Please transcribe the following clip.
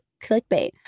clickbait